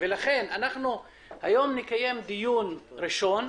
נקיים היום דיון ראשון,